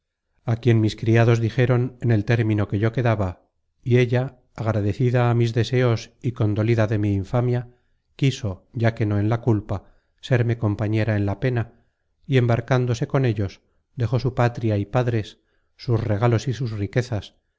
á quien mis criados dijeron en el término que yo quedaba y ella agradecida á mis deseos y condolida de mi infamia quiso ya que no en la culpa serme compañera en la pena y embarcándose con ellos dejó su patria y padres sus regalos y sus riquezas